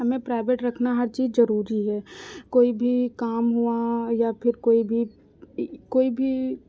हमें प्राइवेट रखना हर चीज जरूरी है कोई भी काम हुआ या फिर कोई भी कोई भी